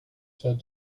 fed